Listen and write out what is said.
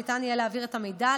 ניתן יהיה להעביר את המידע,